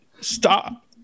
Stop